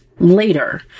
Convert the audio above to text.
later